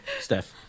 Steph